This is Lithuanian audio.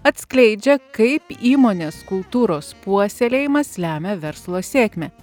atskleidžia kaip įmonės kultūros puoselėjimas lemia verslo sėkmę